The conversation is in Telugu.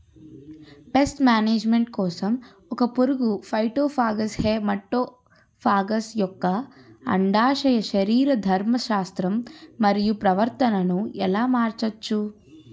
పేస్ట్ మేనేజ్మెంట్ కోసం ఒక పురుగు ఫైటోఫాగస్హె మటోఫాగస్ యెక్క అండాశయ శరీరధర్మ శాస్త్రం మరియు ప్రవర్తనను ఎలా మార్చచ్చు?